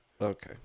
Okay